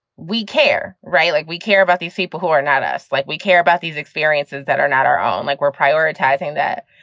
we care like we care about these people who are not us, like we care about these experiences that are not our own, like we're prioritizing that.